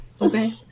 Okay